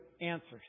answers